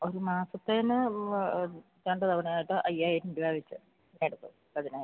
ഒരു മാസത്തിന് അത് രണ്ട് തവണ ആയിട്ട് അയ്യായിരം രൂപ വെച്ച് എടുക്കും പതിനായിരം രൂപ